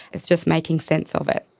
it's just making sense of it.